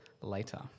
Later